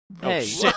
hey